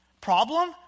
Problem